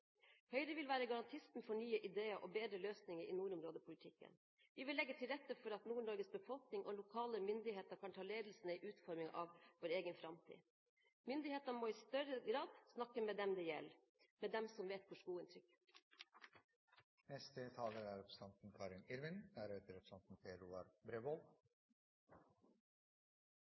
Høyre vil være garantisten for nye ideer og bedre løsninger i nordområdepolitikken. Vi vil legge til rette for at Nord-Norges befolkning og lokale myndigheter kan ta ledelsen i utformingen av vår egen framtid. Myndighetene må i større grad snakke med dem det gjelder – med dem som vet hvor skoen trykker. Jeg har hørt Høyre i dag snakke litt om at de er